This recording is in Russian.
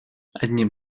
одним